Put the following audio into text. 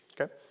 Okay